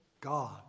God